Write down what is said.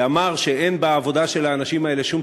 שאמר שאין בעבודה של האנשים האלה שום